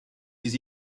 des